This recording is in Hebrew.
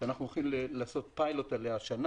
עליה אנחנו הולכים לעשות השנה פיילוט והיא